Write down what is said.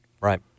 Right